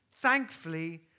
thankfully